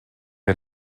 est